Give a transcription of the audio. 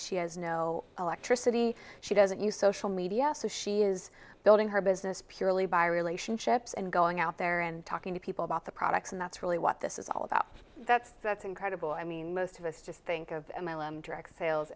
she has no electricity she doesn't use social media so she is building her business purely by relationships and going out there and talking to people about the products and that's really what this is all about that's that's incredible i mean most of us just think of direct sales